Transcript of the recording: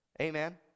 Amen